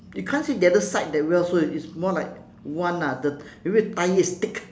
you can't see the other side that well so it's more like one ah the maybe the tyre is thick